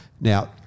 Now